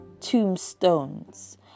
tombstones